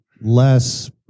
less